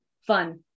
fun